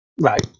Right